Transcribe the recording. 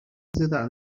nothing